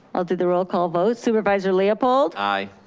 i'll do the roll call vote. supervisor leopold. aye.